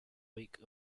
wake